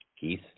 Keith